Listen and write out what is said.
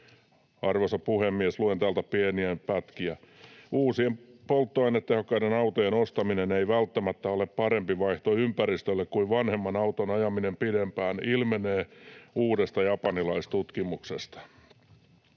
Arvoisa puhemies! Luen täältä pieniä pätkiä: ”Uusien polttoainetehokkaiden autojen ostaminen ei välttämättä ole parempi vaihtoehto ympäristölle kuin vanhemman auton ajaminen pidempään, ilmenee uudesta japanilaistutkimuksesta.